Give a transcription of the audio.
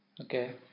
Okay